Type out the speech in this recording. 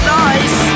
nice